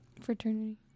Fraternity